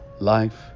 Life